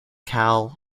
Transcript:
cal